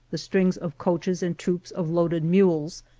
the strings of coaches and troops of loaded mules,